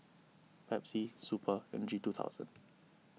Pepsi Super and G two thousand